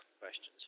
questions